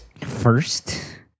first